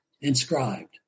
inscribed